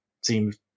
seems